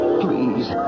please